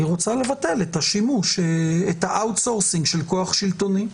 היא רוצה לבטל את ה-אאוט סורסינג של כוח שלטוני.